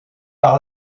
par